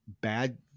bad